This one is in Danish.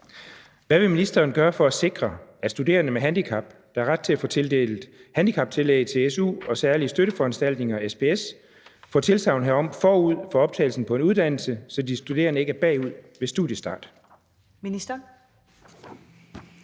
Hvad vil ministeren gøre for at sikre, at studerende med handicap, der har ret til at få tildelt handicaptillæg til su og særlige støtteforanstaltninger (SPS), får tilsagn herom forud for optagelse på en uddannelse, så de studerende ikke er bagud ved studiestart?